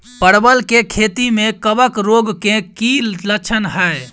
परवल केँ खेती मे कवक रोग केँ की लक्षण हाय?